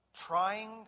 trying